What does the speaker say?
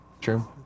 True